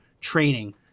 training